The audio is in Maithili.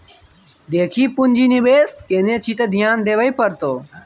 देखी पुंजी निवेश केने छी त ध्यान देबेय पड़तौ